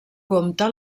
compte